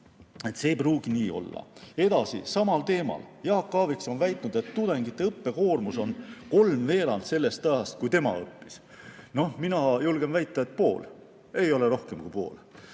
See ei pruugi nii olla. Edasi, samal teemal. Jaak Aaviksoo on väitnud, et tudengite õppekoormus on kolmveerand, võrreldes selle ajaga, kui tema õppis. Mina julgen väita, et see ei ole rohkem kui pool.